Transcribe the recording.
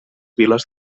viles